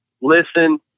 listen